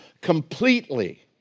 completely